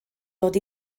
dod